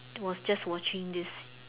was just watching this